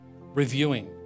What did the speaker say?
reviewing